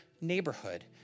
neighborhood